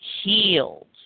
healed